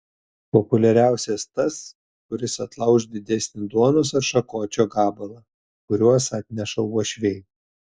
populiariausias tas kuris atlauš didesnį duonos ar šakočio gabalą kuriuos atneša uošviai